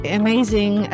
amazing